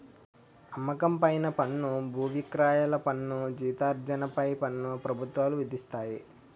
అమ్మకం పైన పన్ను బువిక్రయాల పన్ను జీతార్జన పై పన్ను ప్రభుత్వాలు విధిస్తాయి